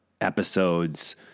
episodes